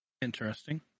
Interesting